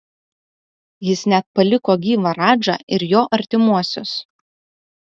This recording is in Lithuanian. jis net paliko gyvą radžą ir jo artimuosius